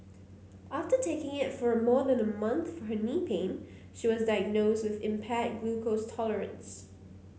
after taking it for more than a month for her knee pain she was diagnosed with impaired glucose tolerance